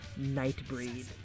Nightbreed